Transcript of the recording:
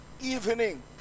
evening